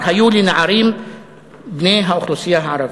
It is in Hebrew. היו לנערים בני האוכלוסייה הערבית.